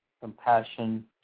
compassion